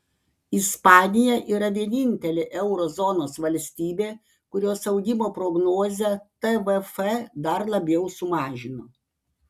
ispanija yra vienintelė euro zonos valstybė kurios augimo prognozę tvf dar labiau sumažino